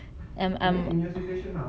and um